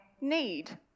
need